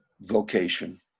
vocation